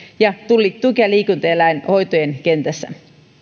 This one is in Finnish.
sekä tuki ja liikuntaelinhoitojen kentässä